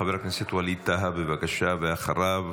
חבר הכנסת ווליד טאהא, בבקשה, ואחריו,